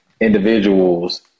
individuals